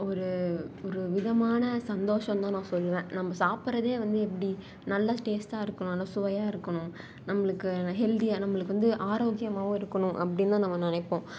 ஒரு ஒரு விதமான சந்தோஷோம் தான் நான் சொல்லுவேன் நம்ம சாப்புடுறதே வந்து எப்படி நல்லா டேஸ்ட்டாக இருக்கணும் நல்ல சுவையாக இருக்கணும் நம்மளுக்கு ஹெல்தியாக நம்மளுக்கு வந்து ஆரோக்கியமாகவும் இருக்கணும் அப்படினு தான் நம்ம நினைப்போம்